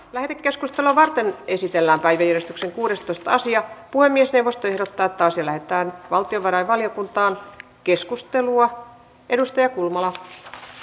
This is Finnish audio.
lähetekeskustelua varten esitelläänpäivystyksen kuudestoista sija puhemies hevosten taataan sillä että valtiovarainvaliokuntaa keskustelua edustaja valtiovarainvaliokuntaan